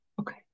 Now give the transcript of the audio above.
Okay